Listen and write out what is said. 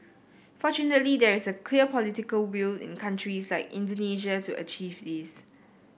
fortunately there is clear political will in countries like Indonesia to achieve this